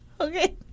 Okay